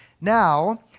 Now